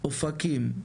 אופקים,